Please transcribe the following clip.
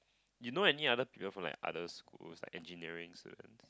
you know any other people from like other schools like engineering student